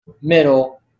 middle